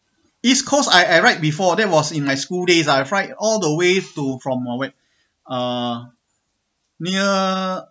east coast I I ride before that was in my school days ah I ride all the way to from uh wait uh near